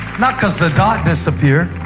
not because the dot disappeared,